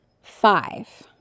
five